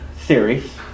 series